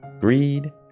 greed